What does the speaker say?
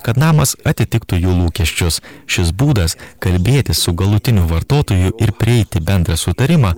kad namas atitiktų jų lūkesčius šis būdas kalbėtis su galutiniu vartotoju ir prieiti bendrą sutarimą